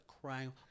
crying